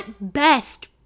best